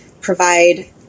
provide